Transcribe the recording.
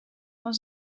van